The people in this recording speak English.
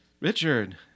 Richard